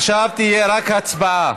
עכשיו תהיה רק הצבעה.